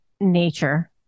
nature